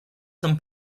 some